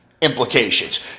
implications